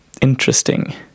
interesting